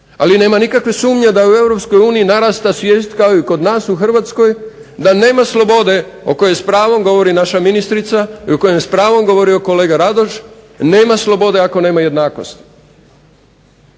Ali nema nikakve sumnje da u Europskoj uniji narasta svijest kao i kod nas u Hrvatskoj da nema slobode o kojoj s pravom govori naša ministrica i o kojoj s pravom govorio kolega Radoš nema slobode ako nema jednakosti.